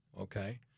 okay